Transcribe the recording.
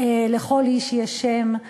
"לכל איש יש שם",